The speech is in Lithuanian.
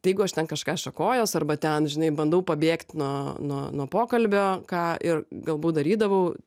jeigu aš ten kažką šakojuos arba ten žinai bandau pabėgt nuo nuo nuo pokalbio ką ir galbūt darydavau